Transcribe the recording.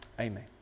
Amen